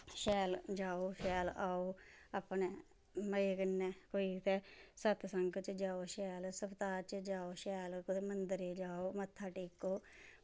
शैल जाओ शैल आओ अपने मज़ै कन्नै कोई ते सतसंग च जाओ शैल सवताह् च जाओ शैल कुदे मन्दरे जाओ मत्था टेक्को